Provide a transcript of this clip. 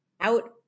out